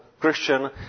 Christian